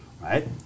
right